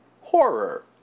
horror